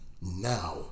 now